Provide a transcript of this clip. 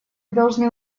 должны